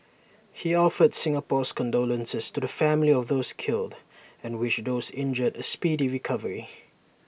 he offered Singapore's condolences to the families of those killed and wished those injured A speedy recovery